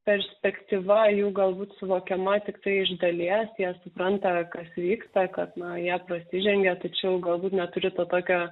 perspektyva jų galbūt suvokiama tiktai iš dalies jie supranta kas vyksta kad na jie prasižengė tačiau galbūt neturi to tokio